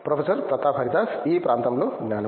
professor Pratap Haridas ఈ ప్రాంతంలో జ్ఞానం